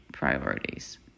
priorities